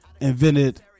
Invented